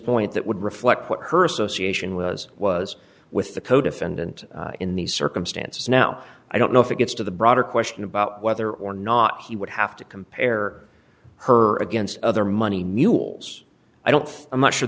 point that would reflect what her association was was with the codefendant in these circumstances now i don't know if it gets to the broader question about whether or not he would have to compare her against other money newell's i don't i'm not sure